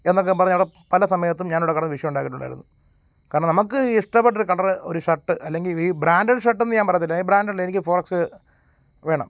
എന്നൊക്കെ പറഞ്ഞ് അവിടെ പല സമയത്തും ഞാനവിടെക്കിടന്ന് വിഷയം ഉണ്ടാക്കിയിട്ടുണ്ടായിരുന്നു കാരണം നമുക്ക് ഇഷ്ടപ്പെട്ടൊരു കളറ് ഒരു ഷർട്ട് അല്ലെങ്കിൽ ഈ ബ്രാൻ്റഡ് ഷർട്ടെന്ന് ഞാൻ പറയത്തില്ല ഈ ബ്രാൻ്റല്ല എനിക്ക് ഫോർ എക്സ്സ് വേണം